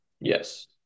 Yes